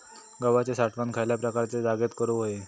गव्हाची साठवण खयल्या प्रकारच्या जागेत करू होई?